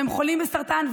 והם חולים בסרטן,